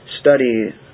study